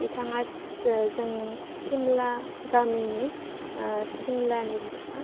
बिथाङा जों सिमला गामिनि सिमलानि बिथाङा